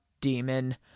demon